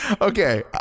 Okay